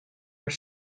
are